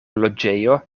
loĝejo